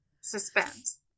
suspense